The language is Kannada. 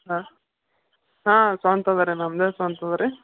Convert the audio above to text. ಹಾಂ ಹಾಂ ಸ್ವಂತದ ರೀ ನಮ್ಮದೇ ಸ್ವಂತದ ರೀ